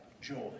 joy